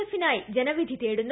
എഫിനായി ജനവിധി തേടുന്നത്